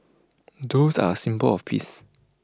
doves are symbol of peace